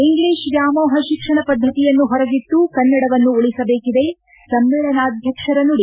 English ವ್ವಾಮೋಹ ಶಿಕ್ಷಣ ಪದ್ದತಿಯನ್ನು ಹೊರಗಿಟ್ಟು ಕನ್ನಡವನ್ನು ಉಳಿಸಬೇಕಿದೆ ಸಮ್ಮೇಳನಾಧ್ಯಕ್ಷರ ನುಡಿ